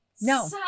No